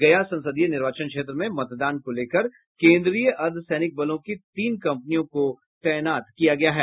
गया संसदीय निर्वाचन क्षेत्र में मतदान को लेकर केन्द्रीय अर्द्वसैनिक बलों की तीन कंपनियों को तैनात किया गया है